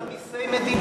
מדבר על מסי מדינה,